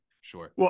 Sure